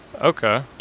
Okay